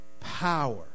Power